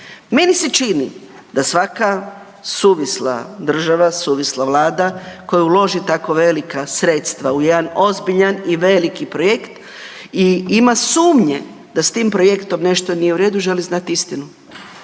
Meni se čini da svaka suvisla država, suvisla vlada koja uloži tako velika sredstva u jedan ozbiljan i veliki projekt i ima sumnje da s tim projektom nešto nije u redu, želi znat istinu.